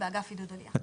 באגף --- מה זה